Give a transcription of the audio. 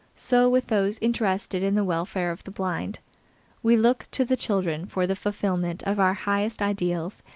so with those interested in the welfare of the blind we look to the children for the fulfillment of our highest ideals,